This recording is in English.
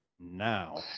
now